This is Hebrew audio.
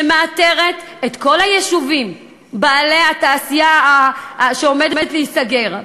שמאתרת את כל היישובים עם מפעלי התעשייה שעומדים להיסגר,